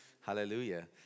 Hallelujah